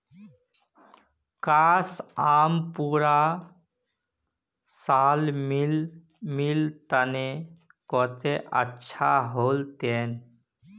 काश, आम पूरा साल मिल तने कत्ते अच्छा होल तने